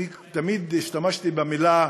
אני תמיד השתמשתי במילה: